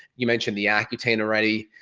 you mentioned the accutane already,